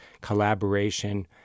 collaboration